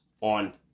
on